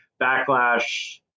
backlash